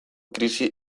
krisi